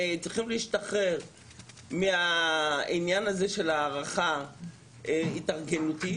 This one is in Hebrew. צריכים להשתחרר מהעניין הזה של ההארכה ההתארגנותית,